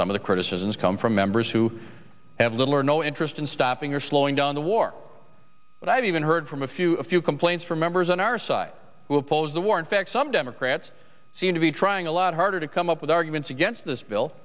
some of the criticisms come from member i have little or no interest in stopping or slowing down the war but i've even heard from a few a few complaints from members on our side of the war in fact some democrats seem to be trying a lot harder to come up with arguments against this bill